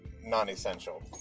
non-essential